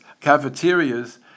cafeterias